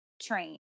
train